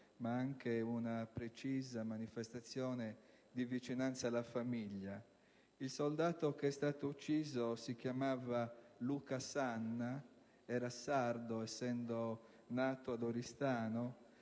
ma anche una precisa manifestazione di vicinanza alla famiglia. Il soldato che è stato ucciso si chiamava Luca Sanna. Era sardo, essendo nato ad Oristano;